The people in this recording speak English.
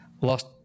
lost